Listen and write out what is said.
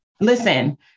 Listen